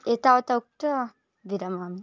एतावता उक्त्वा विरमामि